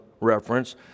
reference